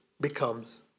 becomes